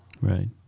Right